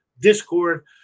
Discord